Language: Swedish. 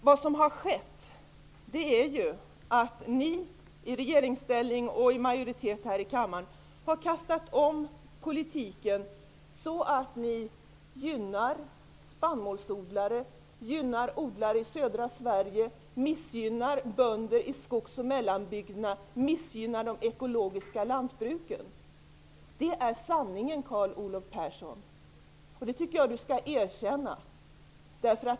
Vad som har skett är att ni i regeringsställning och i majoritet här i kammaren har kastat om politiken så att spannmålsodlare och odlare i södra Sverige gynnas och så att bönder i skogs och mellanbygderna och de ekologiska lantbruken missgynnas. Det är sanningen, och det tycker jag att Carl Olov Persson skall erkänna.